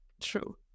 True